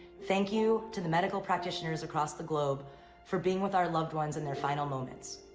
thank you to the medical practitioners across the globe for being with our loved ones in their final moments.